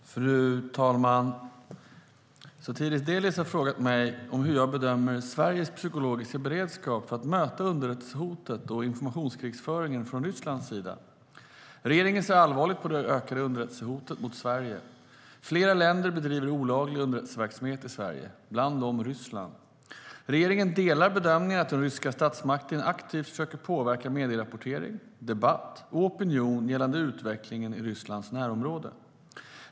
Fru talman! Sotiris Delis har frågat mig hur jag bedömer Sveriges psykologiska beredskap för att möta underrättelsehotet och informationskrigföringen från Rysslands sida. Regeringen delar bedömningen att den ryska statsmakten aktivt försöker påverka medierapportering, debatt och opinion gällande utvecklingen i Rysslands närområde.